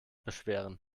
beschweren